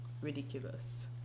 ridiculous